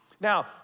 Now